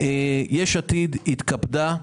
יש עתיד התקפדה.